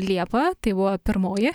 liepa tai buvo pirmoji